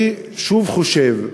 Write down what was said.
אני חושב,